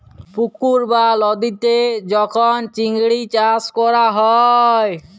পুকুর বা লদীতে যখল চিংড়ি চাষ ক্যরা হ্যয়